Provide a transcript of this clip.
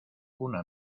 una